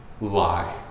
Lie